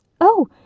Oh